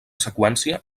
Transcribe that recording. seqüència